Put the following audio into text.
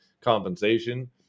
compensation